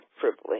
privilege